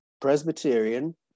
Presbyterian